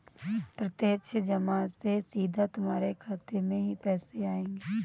प्रत्यक्ष जमा से सीधा तुम्हारे खाते में ही पैसे आएंगे